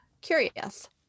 curious